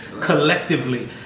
collectively